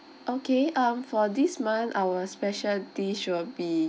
okay um for this month our special dish will be